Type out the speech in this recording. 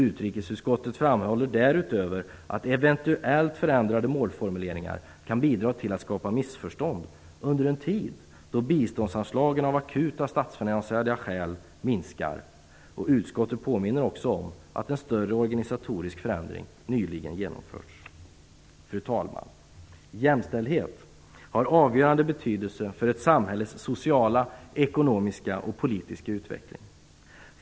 Utrikesutskottet framhåller därutöver att eventuellt förändrade målformuleringar kan bidra till att skapa missförstånd under en tid då biståndsanslagen av akuta statsfinansiella skäl minskar. Utskottet påminner också om att en större organisatorisk förändring nyligen genomförts. Fru talman! Jämställdhet har avgörande betydelse för ett samhälles sociala, ekonomiska och politiska utveckling.